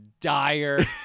dire